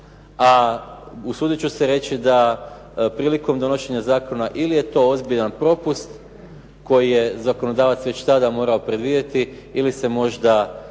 a usudit ću se reći da prilikom donošenja Zakona ili je to ozbiljan propust koji je zakonodavac već tada morao predvidjeti ili se možda